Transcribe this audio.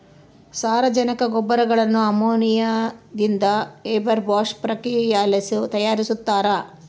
ಸಾರಜನಕ ಗೊಬ್ಬರಗುಳ್ನ ಅಮೋನಿಯಾದಿಂದ ಹೇಬರ್ ಬಾಷ್ ಪ್ರಕ್ರಿಯೆಲಾಸಿ ತಯಾರಿಸ್ತಾರ